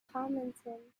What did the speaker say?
tomlinson